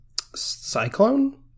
cyclone